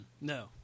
No